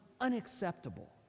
unacceptable